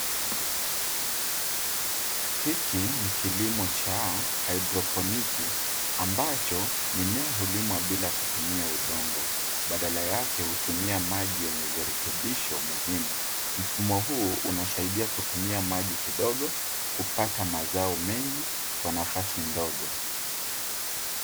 Hiki ni kilimo cha haidroponiki, ambacho mimea hulimwa bila kutumia udongo. Badala yake, hutumia maji yenye virutubisho muhimu kwa ukuaji wa mimea. Mfumo huu unasaidia kutumia maji kidogo kupata mazao mengi hata kwa nafasi ndogo.